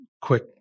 quick